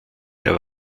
der